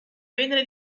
venere